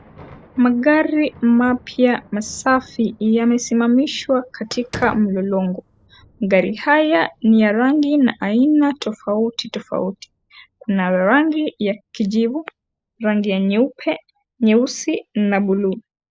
Magari, mapya, masafi, yamesimamishwa katika, mlolongo, magari haya ni ya rangi, na aina tofauti tofauti, kuna rangi ya kijivu, rangi ya nyeupe, nyeusi, na buluu.